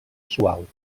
suau